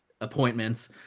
appointments